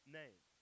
name